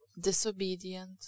disobedient